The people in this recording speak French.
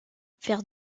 faire